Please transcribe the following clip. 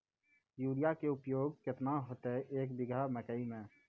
Urea के उपयोग केतना होइतै, एक बीघा मकई मे?